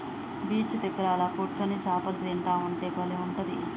beach దగ్గర అలా కూర్చొని చాపలు తింటా ఉంటే బలే ఉంటది